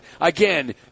Again